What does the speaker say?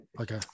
Okay